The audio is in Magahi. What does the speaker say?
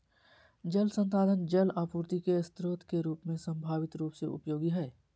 जल संसाधन जल आपूर्ति के स्रोत के रूप में संभावित रूप से उपयोगी हइ